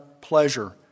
pleasure